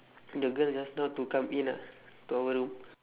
the girl just now to come in ah to our room